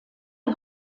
est